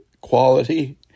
Quality